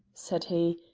said he,